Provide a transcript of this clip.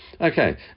Okay